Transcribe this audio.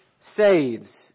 saves